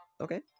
Okay